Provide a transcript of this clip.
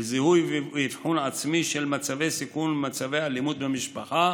לזיהוי ואבחון עצמי של מצבי סיכון ומצבי אלימות במשפחה.